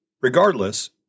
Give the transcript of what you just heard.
Regardless